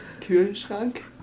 Kühlschrank